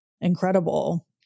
incredible